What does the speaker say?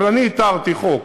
אבל אני איתרתי חוק,